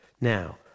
Now